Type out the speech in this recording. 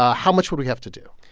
ah how much would we have to do?